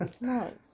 Nice